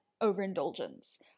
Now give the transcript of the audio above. overindulgence